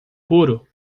puro